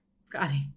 Scotty